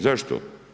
Zašto?